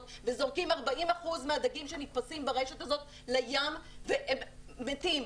וזורקים 40% מהדגים שנתפסים ברשת הזאת לים והם מתים.